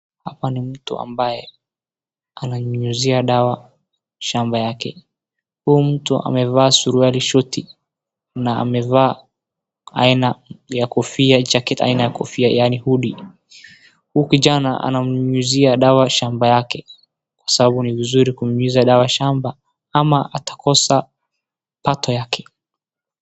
Hapa ni mtu ambaye ananyunyizia dawa shamba yake. Huu mtu amevaa suruali shoti na amevaa aina ya kofia jacket aina ya kofia yaani hoodie . Huyu kijana ananyunyizia dawa shamba yake, kwa sababu ni vizuri kunyunyuza dawa shamba ama atakosa pato yake.